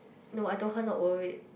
no I told her not worth it